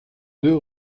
deux